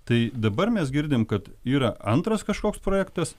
tai dabar mes girdim kad yra antras kažkoks projektas